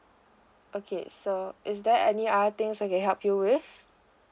okay so is there any others I can help you with